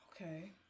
Okay